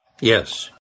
Yes